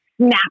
snap